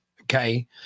okay